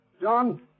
John